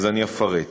אני אפרט.